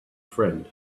friend